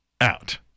out